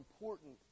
important